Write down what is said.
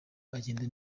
agende